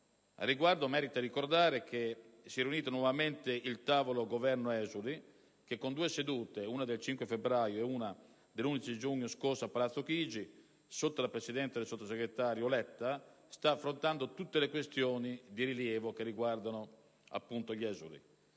riguardo merita ricordare che si è riunito nuovamente il tavolo Governo-esuli (con due sedute, una il 5 febbraio e una l'11 giugno scorso a Palazzo Chigi, sotto la presidenza del sottosegretario Letta), che sta affrontando tutte le questioni di rilievo riguardanti gli esuli.